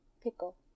pickle